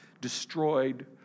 destroyed